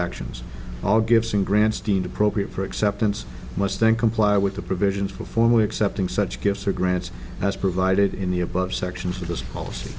actions all gibson grants deemed appropriate for acceptance must think comply with the provisions for formally accepting such gifts or grants as provided in the above sections of this